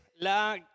la